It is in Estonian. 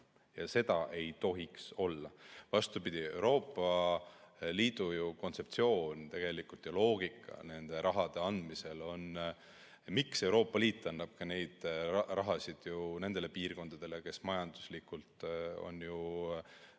Seda ei tohiks olla. Vastupidi, Euroopa Liidu kontseptsioon ju tegelikult, loogika nende rahade andmisel on teine. Miks Euroopa Liit annab neid rahasid nendele piirkondadele, kes majanduslikult on